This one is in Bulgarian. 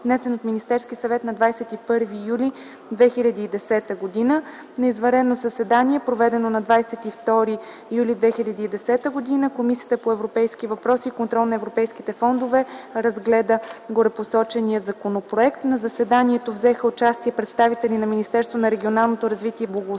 внесен от Министерски съвет на 21 юли 2010 г. На извънредно заседание, проведено на 22 юли 2010 г., Комисията по европейските въпроси и контрол на европейските фондове разгледа горепосочения законопроект. В заседанието на комисията взеха участие представители на Министерство на регионалното развитие и благоустройството: